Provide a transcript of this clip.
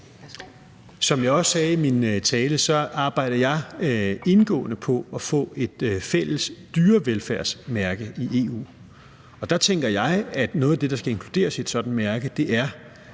Som jeg også sagde i min tale, arbejder jeg indgående på at få et fælles dyrevelfærdsmærke i EU, og der tænker jeg, at noget af det, der skal inkluderes i et sådant mærke, er,